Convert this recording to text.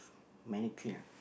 mannequin ah